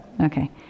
Okay